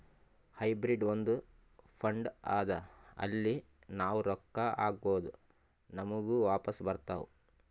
hybrid ಒಂದ್ fund ಅದಾ ಅಲ್ಲಿ ನಾವ್ ರೊಕ್ಕಾ ಹಾಕ್ಬೋದ್ ನಮುಗ ವಾಪಸ್ ಬರ್ತಾವ್